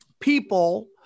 people